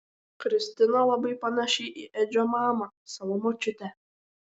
kristina labai panaši į edžio mamą savo močiutę